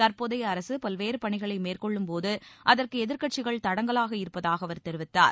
தற்போதைய அரசு பல்வேறு பணிகளை மேற்கொள்ளும் போது அதற்கு எதிர்க்கட்சிகள் தடங்கலாக இருப்பதாக அவர் தெரிவித்தார்